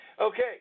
okay